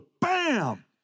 bam